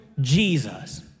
Jesus